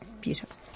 beautiful